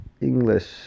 English